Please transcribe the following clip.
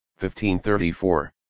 1534